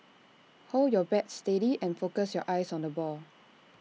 hold your bat steady and focus your eyes on the ball